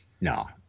no